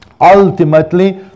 ultimately